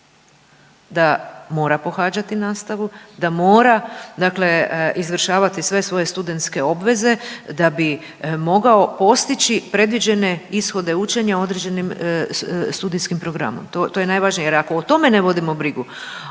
da mora pohađati nastavu, da mora dakle izvršavati sve svoje studentske obveze da bi mogao postići predviđene ishode učenja određenim studijskim programom, to je najvažnije jer ako o tome ne vodimo brigu,